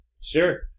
Sure